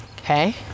Okay